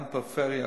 גם פריפריה,